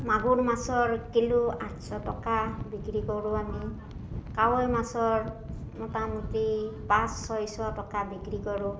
মাগুৰ মাছৰ কিলো আঠশ টকা বিক্ৰী কৰোঁ আমি কাৱৈ মাছৰ মোটামুটি পাঁচ ছয়শ টকা বিক্ৰী কৰোঁ